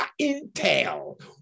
intel